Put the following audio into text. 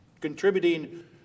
contributing